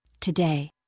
Today